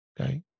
okay